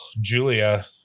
Julia